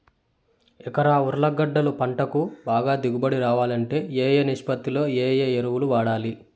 ఎకరా ఉర్లగడ్డలు గడ్డలు పంటకు బాగా దిగుబడి రావాలంటే ఏ ఏ నిష్పత్తిలో ఏ ఎరువులు వాడాలి?